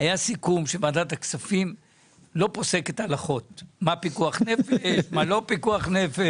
היה סיכום שוועדת כספים לא פוסקת הלכות מה פיקוח נפש ומה לא פיקוח נפש.